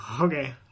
Okay